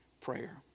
prayer